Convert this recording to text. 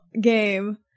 game